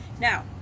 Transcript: Now